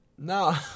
No